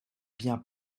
bien